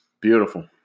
Beautiful